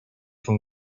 from